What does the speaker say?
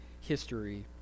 history